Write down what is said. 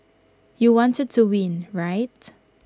you wanted to win right